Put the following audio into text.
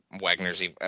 Wagner's